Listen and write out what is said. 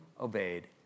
obeyed